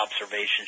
observations